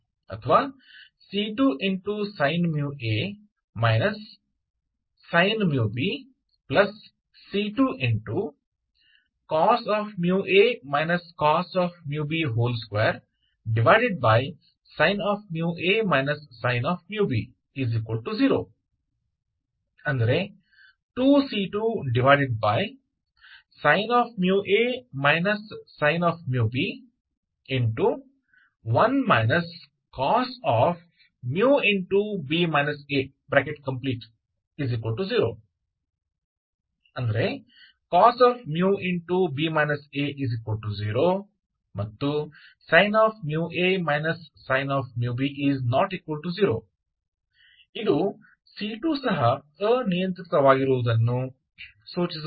ಅಥವಾ c2sinμa sin μb c2cos μa cos μb 2sin μa sin μb 0 2c2sin μa sin μb 1 cos μb a 0 cos μ0 ಮತ್ತು sin μa sin μb ≠0 ಇದುc2 ಸಹ ಅನಿಯಂತ್ರಿತವಾಗಿರುವುದನ್ನು ಸೂಚಿಸುತ್ತದೆ